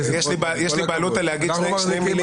יש לי בעלות להגיד שתי מילים בדברי פתיחה.